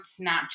Snapchat